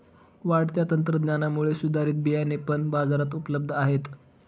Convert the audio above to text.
वाढत्या तंत्रज्ञानामुळे सुधारित बियाणे पण बाजारात उपलब्ध आहेत